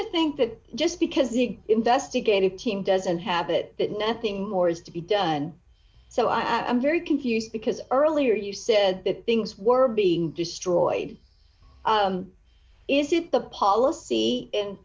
to think that just because the investigative team doesn't have it nothing more is to be done so i am very confused because earlier you said that things were being destroyed is it the policy